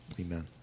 amen